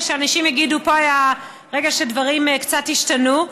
שאנשים יגידו: פה היה רגע שדברים קצת השתנו.